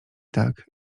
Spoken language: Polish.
tak